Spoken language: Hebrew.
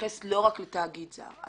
מתייחס לא רק לתאגיד זר,